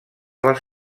les